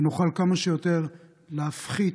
ונוכל כמה שיותר להפחית,